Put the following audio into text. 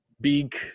big